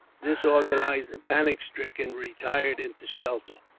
disorganized and panic stricken, retired into shelter.